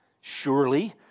Surely